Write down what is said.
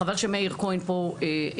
חבל שמאיר כהן פה עזב.